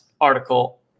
article